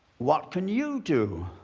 what can you do?